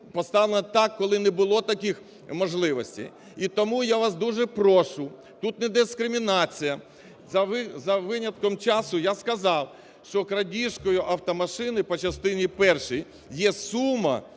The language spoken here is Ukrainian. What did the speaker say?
поставлена так, коли не було таких можливостей. І тому я вас дуже прошу, тут не дискримінація, за винятком часу я сказав, що крадіжкою автомашини по частині першій є сума,